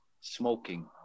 smoking